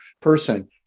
person